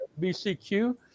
BCQ